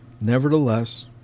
Nevertheless